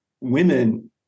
women